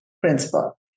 principle